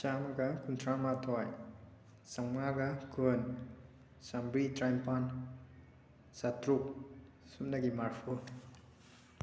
ꯆꯥꯝꯃꯒ ꯀꯨꯟꯊ꯭ꯔꯥꯃꯥꯊꯣꯏ ꯆꯥꯝꯃꯉꯥꯒ ꯀꯨꯟ ꯆꯥꯝꯃ꯭ꯔꯤ ꯇ꯭ꯔꯥꯅꯤꯄꯥꯟ ꯆꯥꯇ꯭ꯔꯨꯛ ꯁꯨꯞꯅꯒꯤ ꯃꯥꯔꯐꯨ